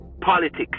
politics